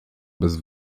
bez